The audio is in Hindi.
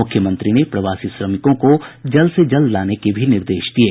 मुख्यमंत्री ने प्रवासी श्रमिकों को जल्द से जल्द लाने के भी निर्देश दिये